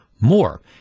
more